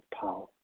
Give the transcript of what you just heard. power